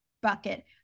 bucket